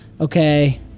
Okay